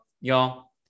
Y'all